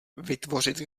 vytvořit